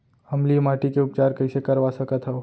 अम्लीय माटी के उपचार कइसे करवा सकत हव?